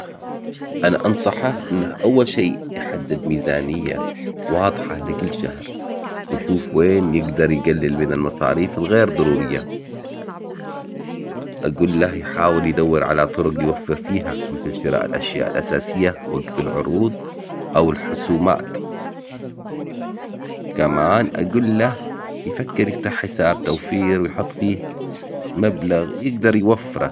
انا انصحه انه اول شي يحدد ميزانية واضحة لكل شهر وشوف وين يقدر يقلل من المصاريف الغير ضرورية اقول له يحاول يدور على طرق يوفر فيها مثل شراء الاشياء الاساسية وقت العروض او الحسومات كمان اقول له يفكر يفتح حساب توفير ويحط فيه مبلغ يقدر يوفره